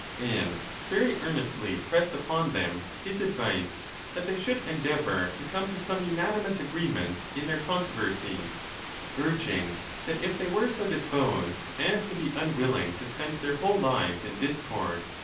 and very earnestly pressed upon them his advice that they should endeavour to come to some unanimous agree ment in their controversies urging that if they were so dis posed as to be unwilling to spend their whole lives in discord,